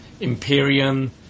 Imperium